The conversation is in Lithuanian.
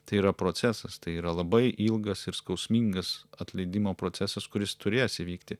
tai yra procesas tai yra labai ilgas ir skausmingas atleidimo procesas kuris turės įvykti